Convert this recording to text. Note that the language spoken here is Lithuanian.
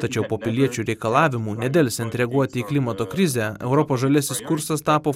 tačiau po piliečių reikalavimų nedelsiant reaguoti į klimato krizę europos žaliasis kursas tapo